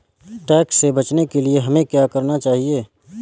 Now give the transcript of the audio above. Tax से बचने के लिए हमें क्या करना चाहिए?